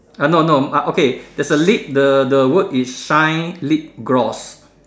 uh no no ah okay there's a lip the the word is shine lip gloss